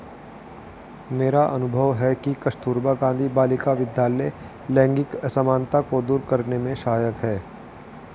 मेरा अनुभव है कि कस्तूरबा गांधी बालिका विद्यालय लैंगिक असमानता को दूर करने में सहायक है